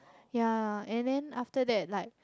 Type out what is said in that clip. ya and then after that like